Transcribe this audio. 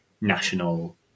national